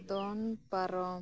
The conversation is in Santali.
ᱫᱚᱱ ᱯᱟᱨᱚᱢ